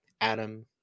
Adam